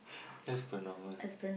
as per normal